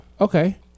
okay